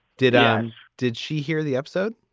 did and did she hear the episode?